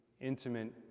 intimate